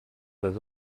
d’un